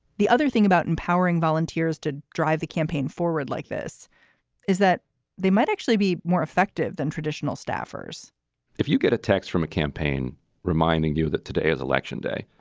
the other thing about empowering volunteers to drive the campaign forward like this is that they might actually be more effective than traditional staffers if you get a text from a campaign reminding you that today is election day,